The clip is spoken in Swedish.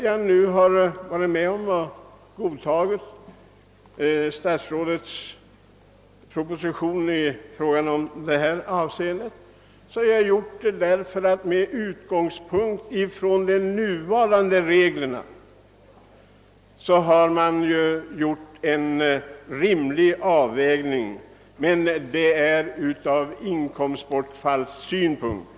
Jag godkände statsrådets proposition i detta avseende därför att man i fråga om de nuvarande reglerna gjort en rimlig avvägning med hänsyn till inkomstbortfallet.